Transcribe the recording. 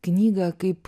knygą kaip